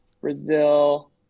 Brazil